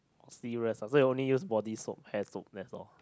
serious ah so you only use body soap hair soap that's all